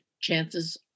chances